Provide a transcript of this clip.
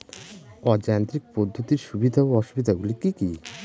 অযান্ত্রিক পদ্ধতির সুবিধা ও অসুবিধা গুলি কি কি?